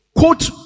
quote